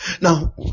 Now